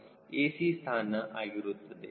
c ಸ್ಥಾನ ಆಗಿರುತ್ತದೆ